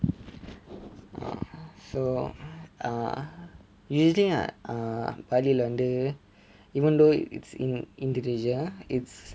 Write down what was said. uh so err usually bali லே வந்து:le vanthu even though it's in indonesia it's